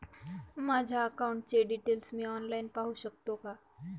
माझ्या अकाउंटचे डिटेल्स मी ऑनलाईन पाहू शकतो का?